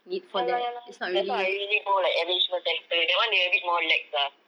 ya lah ya lah that's why I usually go like enrichment centre that one they a bit more lax ah